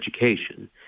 education